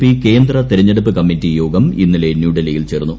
P കേന്ദ്ര തിരഞ്ഞെടുപ്പ് committee യോഗം ഇന്നലെ ന്യൂഡൽഹിയിൽ ചേർന്നു